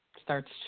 Starts